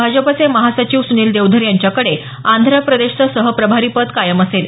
भाजपचे महासचिव सुनील देवधर यांच्याकडे आंध्र प्रदेशचं सहप्रभारीपदी कायम असेल